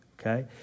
okay